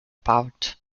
pouch